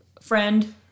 friend